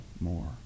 more